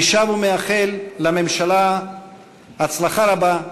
אני שב ומאחל לממשלה הצלחה רבה,